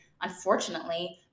unfortunately